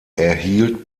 erhielt